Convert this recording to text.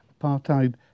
apartheid